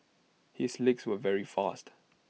his legs were very fast